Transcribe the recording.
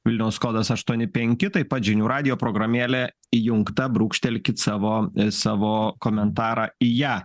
vilniaus kodas aštuoni penki taip pat žinių radijo programėlė įjungta brūkštelkit savo savo komentarą į ją